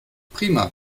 prima